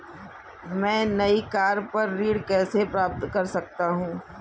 मैं नई कार पर ऋण कैसे प्राप्त कर सकता हूँ?